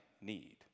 need